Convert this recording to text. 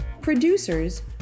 producers